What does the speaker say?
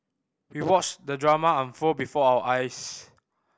we watched the drama unfold before our eyes